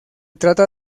trata